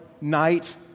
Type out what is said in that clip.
night